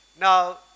Now